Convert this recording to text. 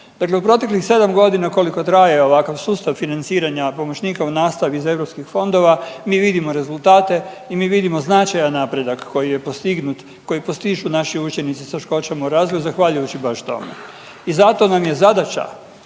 Dakle, u proteklih 7.g. koliko traje ovakav sustav financiranja pomoćnika u nastavi iz europskih fondova mi vidimo rezultate i mi vidimo značajan napredak koji je postignut i koji postižu naši učenici s teškoćama u razvoju zahvaljujući baš tome i zato nam je zadaća,